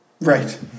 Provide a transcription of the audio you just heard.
right